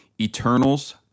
Eternals